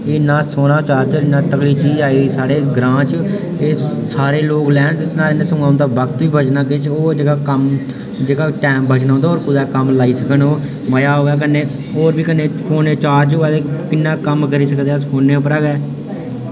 एह् इन्ना सौह्ना चार्जर इन्नी तगड़ी चीज आई साढ़े ग्रांऽ च एह् सारे लोक लैन इसनै सगुआं उं'दा वक्त बी बचना किश होर जेह्का कम्म जेह्का टैम बचना उं'दा होर कुतै कम्म लाई सकन ओह् मजा औऐ कन्नै होर बी कन्नै फोन चार्ज होआ ते कन्नै कम्म करी सकदे अस फोने उप्परां गै